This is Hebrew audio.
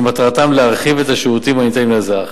שמטרתן להרחיב את השירותים הניתנים לאזרח.